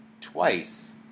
twice